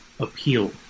appeal